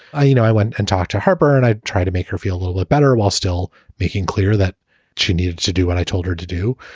i you know i went and talked to herber and i'd try to make her feel a little bit better while still making clear that she needed to do what i told her to do.